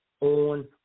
on